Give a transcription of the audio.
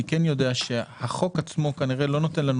אני יודע שהחוק עצמו כנראה לא נותן לנו